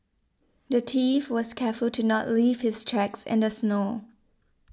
the thief was careful to not leave his tracks in the snow